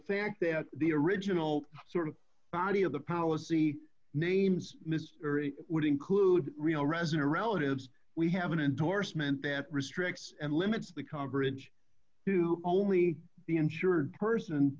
fact that the original sort of body of the policy names would include real resin or relatives we have an endorsement that restricts and limits the coverage to only the insur